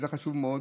וזה חשוב מאוד,